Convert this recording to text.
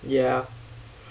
ya